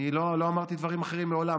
לא אמרתי דברים אחרים מעולם.